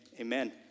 amen